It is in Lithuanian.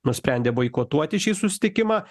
nusprendė boikotuoti šį susitikimą